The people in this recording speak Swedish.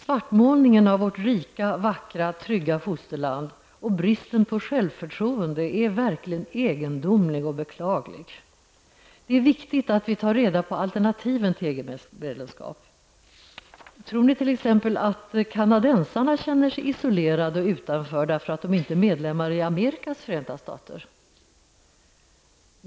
Svartmålningen av vårt rika, vackra och trygga fosterland och bristen på självförtroende är verkligen egendomlig och beklaglig. Det är viktigt att vi tar reda på alternativen till EG-medlemskap. Tror ni t.ex. att kanadensarna känner sig isolerade och utanför, därför att de inte är medlemmar i Amerikas förenta stater?